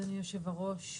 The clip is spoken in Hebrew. אדוני יושב הראש,